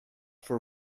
for